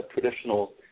traditional